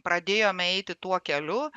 pradėjome eiti tuo keliu